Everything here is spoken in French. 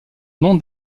nom